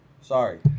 Sorry